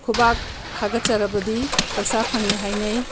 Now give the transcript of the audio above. ꯈꯨꯕꯥꯛ ꯍꯥꯀꯠꯆꯔꯕꯗꯤ ꯄꯩꯁꯥ ꯐꯪꯏ ꯍꯥꯏꯅꯩ